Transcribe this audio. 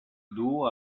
duu